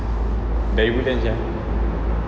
dari woodlands sia